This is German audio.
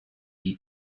die